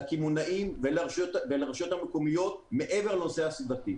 לקמעונאים ולרשויות המקומיות מעבר לעניין הסביבתי.